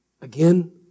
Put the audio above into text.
again